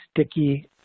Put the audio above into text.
sticky